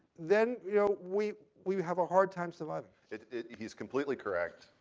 then you know we we have a hard time surviving. he is completely correct.